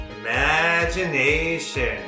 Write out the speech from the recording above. Imagination